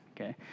okay